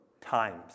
times